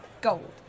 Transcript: gold